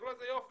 תראו איזה יופי,